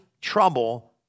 trouble